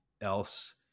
else